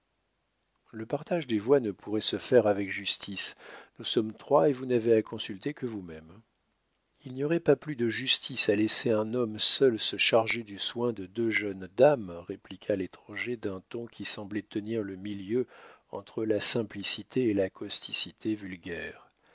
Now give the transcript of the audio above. le partage des voix ne pourrait se faire avec justice nous sommes trois et vous n'avez à consulter que vous-même il n'y aurait pas plus de justice à laisser un homme seul se charger du soin de deux jeunes dames répliqua l'étranger d'un ton qui semblait tenir le milieu entre la simplicité et la causticité